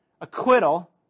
acquittal